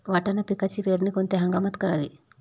वाटाणा पिकाची पेरणी कोणत्या हंगामात करावी?